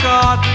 God